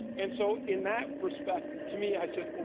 and so, in that respect, to me, i said,